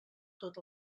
tot